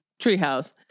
treehouse